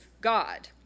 God